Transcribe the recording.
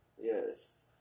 Yes